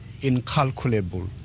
incalculable